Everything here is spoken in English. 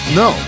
no